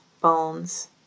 bones